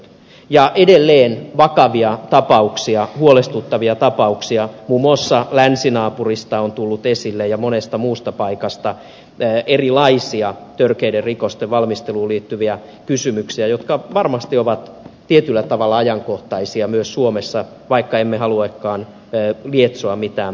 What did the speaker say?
ja edelleen vakavia tapauksia huolestuttavia tapauksia on tullut esille muun muassa länsinaapurista ja monesta muusta paikasta erilaisia törkeiden rikosten valmisteluun liittyviä kysymyksiä jotka varmasti ovat tietyllä tavalla ajankohtaisia myös suomessa vaikka emme haluakaan lietsoa mitään pelkoa